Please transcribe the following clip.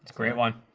it's great one.